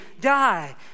die